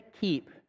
keep